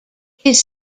his